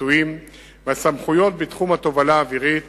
הפיצויים והסמכויות בתחום התובלה האווירית